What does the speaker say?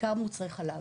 בעיקר מוצרי חלב.